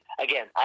Again